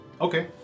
Okay